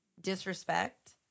disrespect